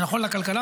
זה נכון לכלכלה,